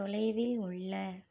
தொலைவில் உள்ள